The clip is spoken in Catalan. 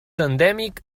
endèmic